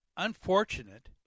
Unfortunate